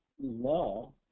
law